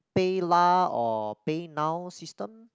PayLah or PayNow system